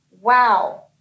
wow